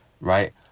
right